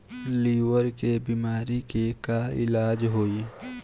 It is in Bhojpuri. लीवर के बीमारी के का इलाज होई?